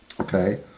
Okay